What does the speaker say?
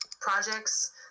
projects